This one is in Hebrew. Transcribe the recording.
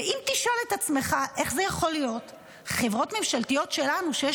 ואם תשאל את עצמך איך זה יכול להיות שחברות ממשלתיות שלנו שיש